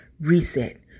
reset